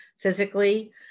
physically